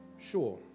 sure